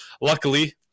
luckily